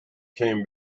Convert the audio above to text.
came